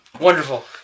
Wonderful